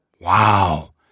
Wow